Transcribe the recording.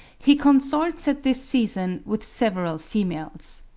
he consorts at this season with several females.